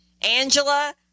Angela